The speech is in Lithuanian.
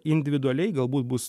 individualiai galbūt bus